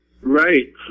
Right